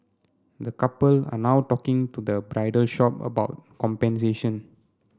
the couple are now talking to the bridal shop about compensation